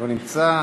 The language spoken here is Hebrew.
לא נמצא.